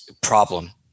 problem